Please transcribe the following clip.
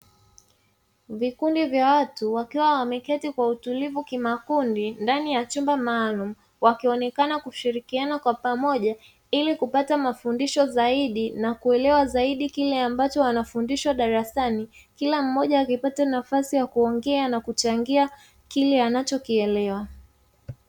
Vikundi vya watu wakiwa wameketi kwa utulivu kimakundi ndani ya chumba maalumu, wakionekana kushirikiana kwa pamoja ili kupata mafundisho zaidi na kuelewa zaidi kile ambacho wanafundishwa darasani, kila mmoja akipata nafasi ya kuongea na kuchangia kile anachokielewa.